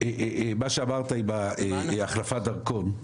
מה שאמרת עם החלפת הדרכון,